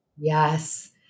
Yes